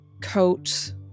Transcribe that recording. coat